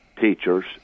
teachers